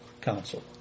council